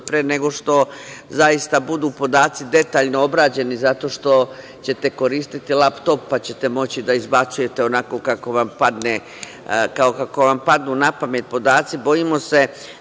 nego što zaista budu podaci detaljno obrađeni, zato ćete koristiti laptop, pa ćete moći da izbacujete onako kako vam padnu napamet podaci. Bojimo se